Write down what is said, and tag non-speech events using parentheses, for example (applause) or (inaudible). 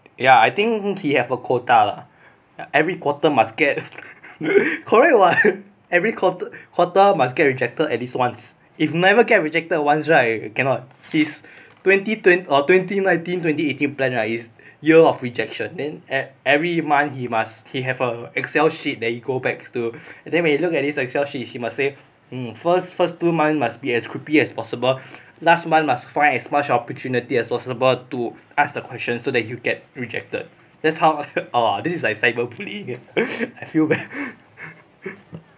ya I think he have a quota lah every quarter must get (laughs) correct [what] every quarter quarter must get rejected at least once if never get rejected once right cannot his twenty twenty or twenty nineteen twenty eighteen plan is year of rejection at every month he must he have a excel sheet that he go back and then when he look at this excel sheet he must say mm first first two months must be as creepy as possible last month must find as much opportunity as possible to ask the question so that he will get rejected that's how err this is like cyber bullying eh (breath) I feel bad (laughs)